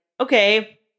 okay